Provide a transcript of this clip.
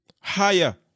Higher